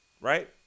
right